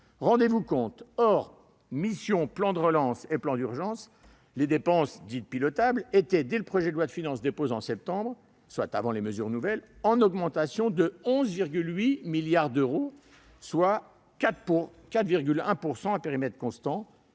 Rendez-vous compte : hors missions « Plan de relance » et « Plan d'urgence », les dépenses dites pilotables étaient, dès le dépôt du texte en septembre, donc avant les mesures nouvelles, en augmentation de 11,8 milliards d'euros, soit 4,1 %, à périmètre constant,